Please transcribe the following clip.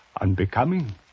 unbecoming